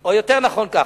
או יותר נכון ככה: